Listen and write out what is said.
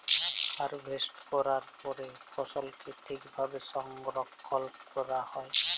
harvest ক্যরার পরে ফসলকে ঠিক ভাবে সংরক্ষল ক্যরা হ্যয়